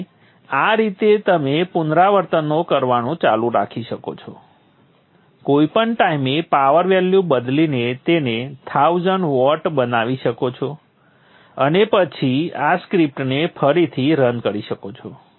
તેથી આ રીતે તમે પુનરાવર્તનો કરવાનું ચાલુ રાખી શકો છો કોઈપણ ટાઈમે પાવર વેલ્યુ બદલીને તેને 1000 વોટ બનાવી શકો છો અને પછી આ સ્ક્રિપ્ટને ફરીથી રન કરી શકો છો